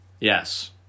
Yes